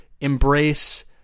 embrace